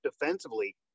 defensively